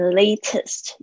latest